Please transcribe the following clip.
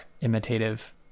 imitative